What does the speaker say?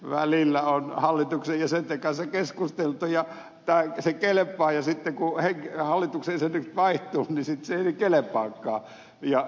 välillä on hallituksen jäsenten kanssa keskusteltu ja se kelpaa ja sitten kun hallituksen jäsenet vaihtuvat se ei kelpaakaan